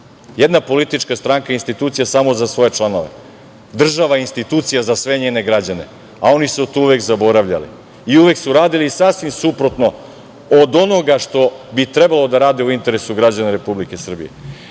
Jedna politička stranka je institucija samo za svoje članove, država je institucija za sve njene građane, a oni su to uvek zaboravljali i uvek su radili sasvim suprotno od onoga što bi trebalo da rade u interesu građana Republike Srbije. Mislim